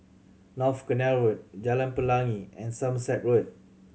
North Canal Road Jalan Pelangi and Somerset Road